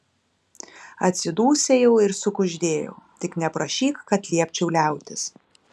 atsidūsėjau ir sukuždėjau tik neprašyk kad liepčiau liautis